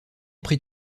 prit